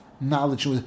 knowledge